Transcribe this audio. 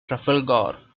trafalgar